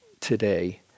today